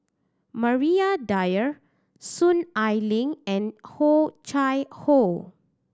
Maria Dyer Soon Ai Ling and Oh Chai Hoo